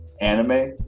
anime